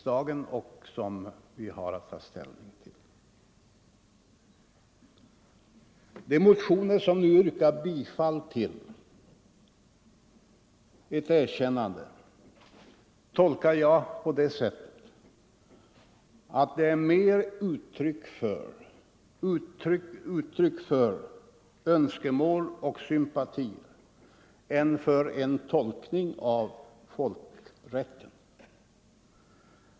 De motionsförslag angående erkännande, som nu föreligger till behandling, tolkar jag mer som uttryck för önskemål och sympatier än som förslag, grundade på folkrättens principer.